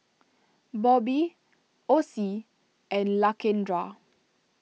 Bobbie Ossie and Lakendra